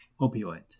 opioids